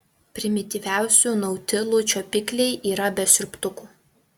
primityviausių nautilų čiuopikliai yra be siurbtukų